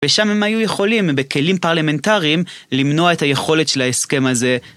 ושם הם היו יכולים בכלים פרלמנטריים למנוע את היכולת של ההסכם הזה